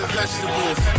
vegetables